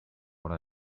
what